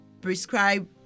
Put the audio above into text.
prescribe